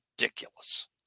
ridiculous